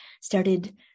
started